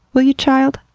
will you, child?